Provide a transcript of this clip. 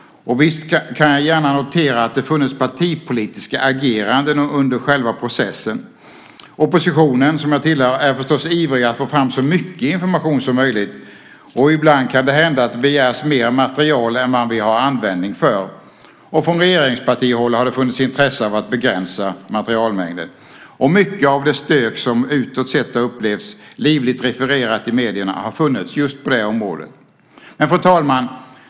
Och visst kan jag gärna notera att det har funnits partipolitiska ageranden under själva processen. Oppositionen, som jag tillhör, är förstås ivrig att få fram så mycket information som möjligt, och ibland kan det hända att det begärs mer material än vad som vi har användning för. Från regeringspartihåll har det funnits intresse av att begränsa materialmängden. Mycket av det stök som utåt sett har upplevts, livligt refererat i medierna, har funnits just på det området. Fru talman!